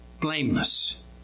blameless